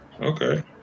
Okay